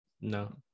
no